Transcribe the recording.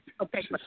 Okay